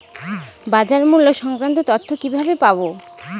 বাজার মূল্য সংক্রান্ত তথ্য কিভাবে পাবো?